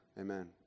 Amen